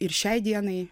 ir šiai dienai